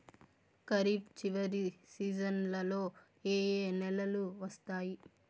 ఖరీఫ్ చివరి సీజన్లలో ఏ ఏ నెలలు వస్తాయి